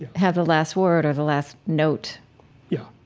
have the last word or the last note yeah.